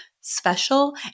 special